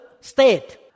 state